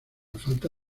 falta